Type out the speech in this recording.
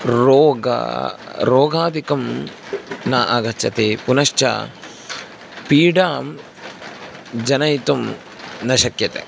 रोग रोगादिकं न आगच्छति पुनश्च पीडां जनयितुं न शक्यते